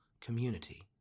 community